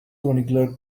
chronicler